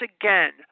again